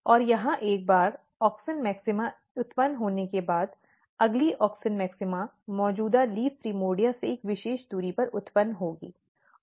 और यहां एक बार ऑक्सिन मैक्सिमा उत्पन्न होने के बाद अगली ऑक्सिन मैक्सिमा मौजूदा लीफ प्राइमर्डिया से एक विशेष दूरी पर उत्पन्न होगी